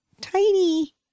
tiny